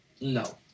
No